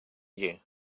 you